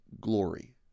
glory